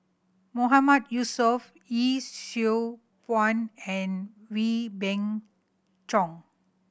Mahmood Yusof Yee Siew Pun and Wee Beng Chong